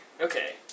Okay